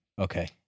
Okay